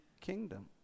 kingdom